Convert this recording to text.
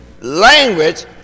language